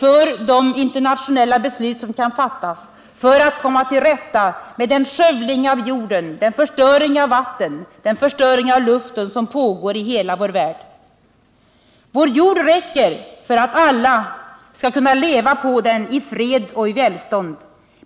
för de internationella beslut som kan fattas för att komma till rätta med den skövling av jorden, den förstöring av vattnet och den förstöring av luften som pågår i hela vår värld. Vår jord räcker för alla att leva på i fred och välstånd.